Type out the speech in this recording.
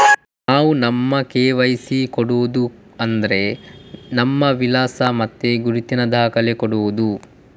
ನಾವು ನಮ್ಮ ಕೆ.ವೈ.ಸಿ ವಿವರ ಕೊಡುದು ಅಂದ್ರೆ ನಮ್ಮ ವಿಳಾಸ ಮತ್ತೆ ಗುರುತಿನ ದಾಖಲೆ ಕೊಡುದು